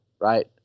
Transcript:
right